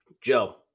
Joe